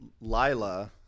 Lila